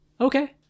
Okay